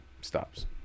Stops